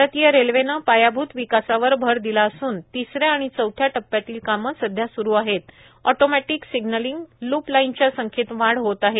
भारतीय रेल्वेने पायाभूत विकासावर भर दिला असून तिसऱ्या आणि चौथ्या टप्प्यातील कामे सुरू आहेत ऑटोमॅटीक सिग्नलींग लूपलाईनच्या संख्येत वाढ होत आहे